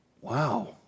Wow